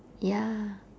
ya